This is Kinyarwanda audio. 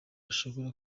ashobora